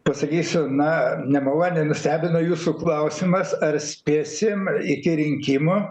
pasakysiu na nemaloniai nustebino jūsų klausimas ar spėsim iki rinkimų